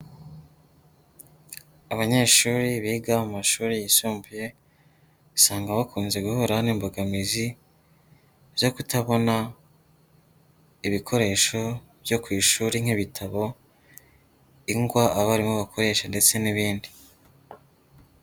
Abanyeshuri biga mu mashuri yisumbuye, usanga bakunze guhura n'imbogamizi zo kutabona ibikoresho byo ku ishuri nk'ibitabo, ingwa abarimu bakoresha ndetse n'ibindi